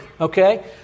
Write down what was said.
Okay